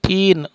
तीन